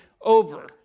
over